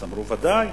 אז אמרו: ודאי,